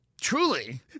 Truly